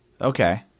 Okay